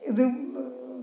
ഇതും